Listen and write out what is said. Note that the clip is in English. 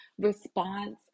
response